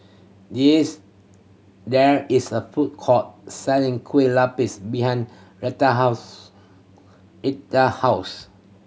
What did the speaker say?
there is a food court selling Kueh Lapis behind Retha house house